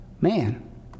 Man